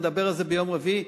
נדבר על זה ביום רביעי,